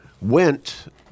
went